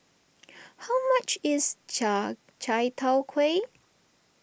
how much is Chai Tow Kuay